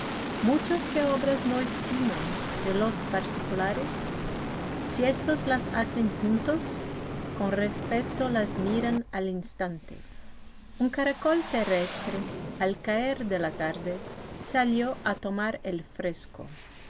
muchos que obras no estiman de los particulares si estos las hacen juntos con respeto las miran al instante un caracol terrestre al caer de la tarde salió a tomar el fresco